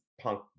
Punk